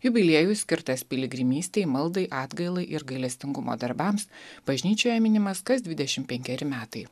jubiliejui skirtas piligrimystei maldai atgailai ir gailestingumo darbams bažnyčioje minimas kas dvidešim penkeri metai